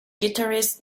guitarist